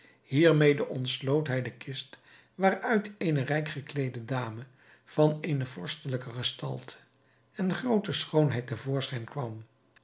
mede ontsloot hij de kist waaruit eene rijk gekleede dame van eene vorstelijke gestalte en groote schoonheid te voorschijn kwam